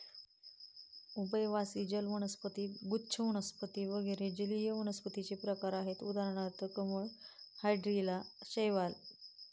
उभयवासी जल वनस्पती, गुच्छ वनस्पती वगैरे जलीय वनस्पतींचे प्रकार आहेत उदाहरणार्थ कमळ, हायड्रीला, शैवाल